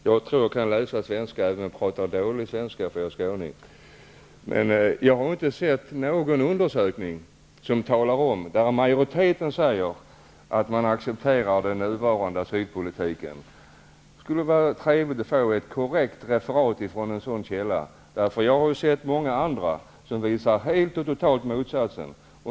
Även om jag kanske talar dålig svenska, eftersom jag är skåning, så kan jag läsa svenska, men jag har inte sett någon undersökning där majoriteten säger att man accepterar den nuvarande asylpolitiken. Det skulle vara trevligt att få ett korrekt referat från en sådan källa. Jag har sett många andra undersökningar som visar totala motsatsen.